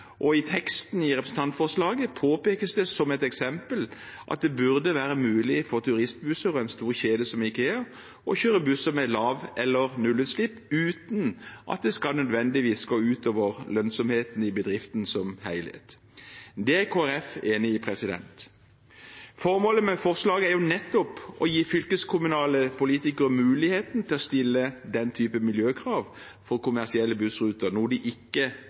her. I teksten i representantforslaget påpekes det som et eksempel at det burde være mulig for turistbusser og en stor kjede som IKEA å kjøre busser med lav- eller nullutslipp uten at det nødvendigvis skal gå ut over lønnsomheten i bedriften som helhet. Det er Kristelig Folkeparti enig i. Formålet med forslaget er nettopp å gi fylkeskommunale politikere muligheten til å stille den typen miljøkrav for kommersielle bussruter, noe de ikke